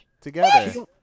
together